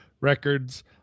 records